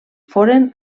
foren